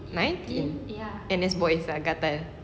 nineteen and this boy sudah gatal